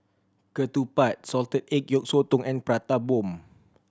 Ketupat salted egg yolk sotong and Prata Bomb